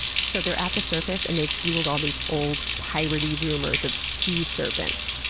so, they're at the surface and they've fueled all these old, piratey rumors of sea serpents.